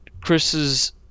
chris's